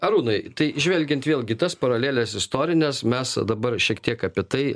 arūnai tai žvelgiant vėlgi tas paraleles istorines mes dabar šiek tiek apie tai